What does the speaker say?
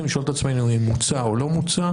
לשאול את עצמנו אם הוא מוצה או לא מוצה.